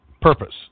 purpose